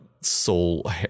soul